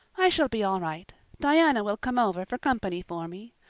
i shall be all right. diana will come over for company for me.